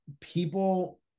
people